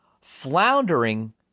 floundering